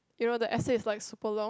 you know the essay is like super long